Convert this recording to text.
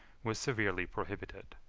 was severely prohibited.